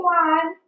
one